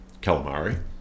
calamari